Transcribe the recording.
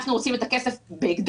אנחנו רוצים את הכסף בהקדם,